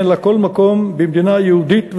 ואין לה כל מקום במדינה יהודית ודמוקרטית,